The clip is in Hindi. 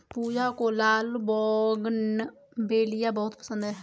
पूजा को लाल बोगनवेलिया बहुत पसंद है